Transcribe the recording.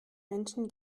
menschen